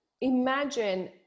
imagine